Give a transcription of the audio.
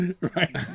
Right